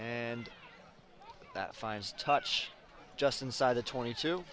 and that finds touch just inside the twenty two